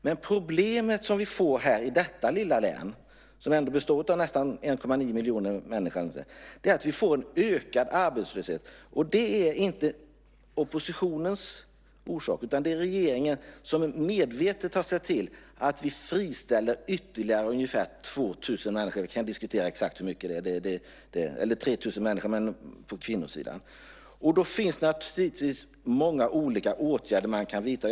Det problem som vi får i detta lilla län, som ändå består av nästan 1,9 miljoner människor, är att det blir en ökad arbetslöshet. Det är inte oppositionen orsaken till, utan det är regeringen som medvetet har sett till att ytterligare ungefär 2 000 eller 3 000 personer på kvinnosidan friställs - det exakta antalet kan diskuteras. Naturligtvis kan många olika åtgärder vidtas.